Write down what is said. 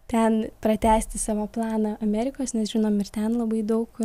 ten pratęsti savo planą amerikos nes žinom ir ten labai daug